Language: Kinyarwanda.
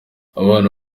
abana